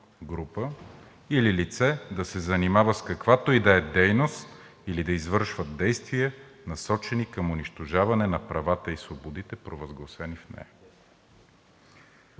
група или лице да се занимава с каквато и да е дейност или да извършва действия, насочени към унищожаване на правата и свободите, провъзгласени в нея.“